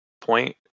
point